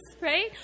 right